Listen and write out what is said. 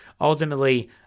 ultimately